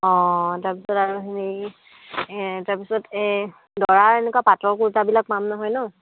অঁ তাৰ পিছত আৰু হেৰি তাৰ পিছত এই দৰাৰ এনেকুৱা পাটৰ কুৰ্তাবিলাক পাম নহয় ন